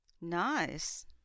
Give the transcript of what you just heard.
Nice